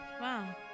Wow